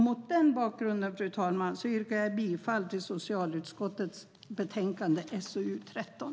Mot den bakgrunden, fru talman, yrkar jag bifall till förslaget i socialutskottets betänkande SoU13.